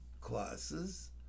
classes